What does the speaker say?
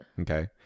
okay